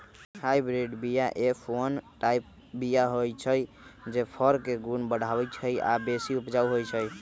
hybrid बीया F one type बीया हई जे फर के गुण बढ़बइ छइ आ बेशी उपजाउ होइ छइ